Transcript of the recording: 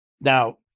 Now